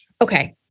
okay